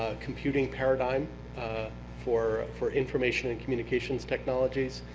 ah computing paradigm for for information and communications technologies.